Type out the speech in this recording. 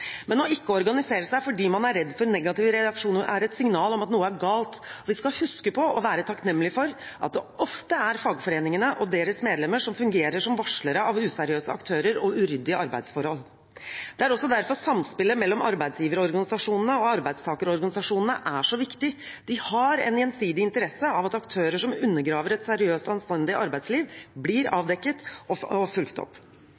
Men ikke å organisere seg fordi man er redd for negative reaksjoner, er et signal om at noe er galt. Vi skal huske på, og være takknemlige for, at det ofte er fagforeningene og deres medlemmer som fungerer som varslere av useriøse aktører og uryddige arbeidsforhold. Det er også derfor samspillet mellom arbeidsgiverorganisasjonene og arbeidstakerorganisasjonene er så viktig. De har en gjensidig interesse av at aktører som undergraver et seriøst og anstendig arbeidsliv, blir avdekket og fulgt opp.